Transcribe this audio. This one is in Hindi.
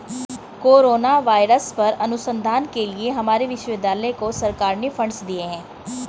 कोरोना वायरस पर अनुसंधान के लिए हमारे विश्वविद्यालय को सरकार ने फंडस दिए हैं